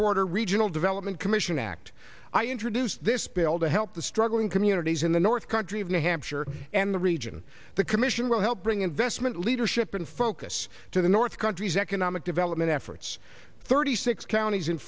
border regional development commission act i introduced this bill that help the struggling communities in the north country of new i'm sure and the region the commission will help bring investment leadership and focus to the north country's economic development efforts thirty six counties in